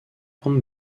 grande